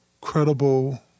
credible